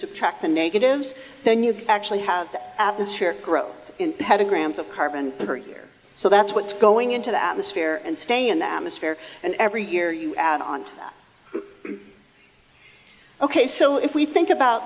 subtract the negatives then you actually have atmosphere growth had a grams of carbon per year so that's what's going into the atmosphere and stay in the atmosphere and every year you add on ok so if we think about